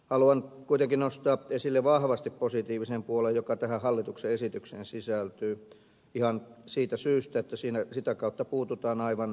haluan kuitenkin nostaa esille vahvasti positiivisen puolen joka tähän hallituksen esitykseen sisältyy ihan siitä syystä että sitä kautta puututaan aivan perimmäisiin kysymyksiin